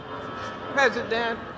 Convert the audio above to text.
President